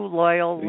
loyal